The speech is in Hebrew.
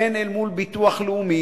הן אל מול הביטוח הלאומי,